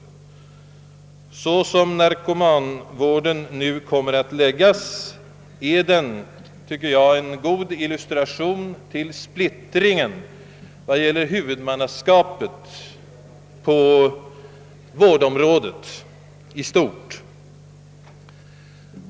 Den föreslagna organisationen av narkomanvården är, tycker jag, en god illustration till splittringen när det gäller huvudmannaskapet på vårdområdet i stort.